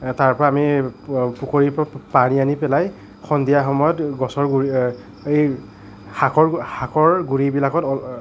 তাৰ পৰা আমি পুখুৰীৰ পৰা পানী আনি পেলাই সন্ধিয়া সময়ত গছৰ গুৰিত শাকৰ শাকৰ গুৰিবিলাকত